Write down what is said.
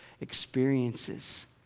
experiences